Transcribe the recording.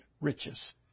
riches